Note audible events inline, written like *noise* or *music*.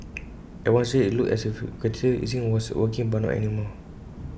*noise* at one stage IT looked as if quantitative easing was working but not any more